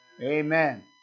Amen